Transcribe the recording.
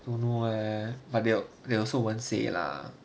don't know leh but they'll they also won't say lah